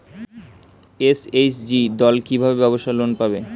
SHG দল কী ভাবে ব্যাবসা লোন পাবে?